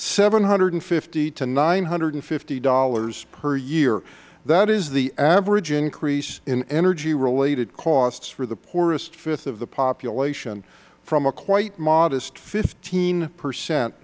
seven hundred and fifty dollars to nine hundred and fifty dollars per year that is the average increase in energy related costs for the poorest fifth of the population from a quite modest fifteen percent